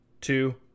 two